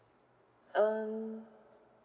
um